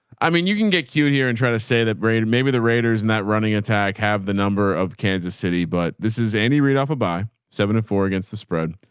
i mean, you can get cute here and try to say that braid. and maybe the raiders in that running attack have the number of kansas city, but this is annie read off a by seven and four against the spread.